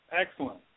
Excellent